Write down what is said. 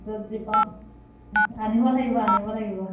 য'ত যি পাওঁ আনিব লাগিব আনিব লাগিব